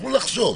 שתוכלו לחשוב.